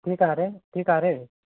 ठीक आ रहे हैं ठीक आ रहे हैं